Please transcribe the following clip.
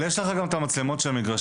אבל יש לך גם את המצלמות של המגרשים.